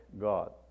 God